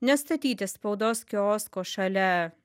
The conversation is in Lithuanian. nestatyti spaudos kiosko šalia